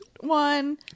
one